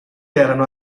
erano